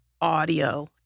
audio